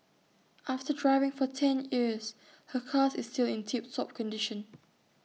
after driving for ten years her car is still in tip top condition